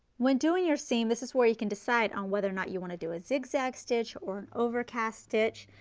when doing your seam, this is where you can decide on whether or not you want to do a zigzag stitch or an overcast stitch,